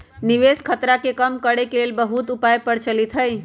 निवेश खतरा के कम करेके के लेल बहुते उपाय प्रचलित हइ